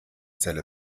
zelle